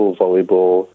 volleyball